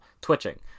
twitching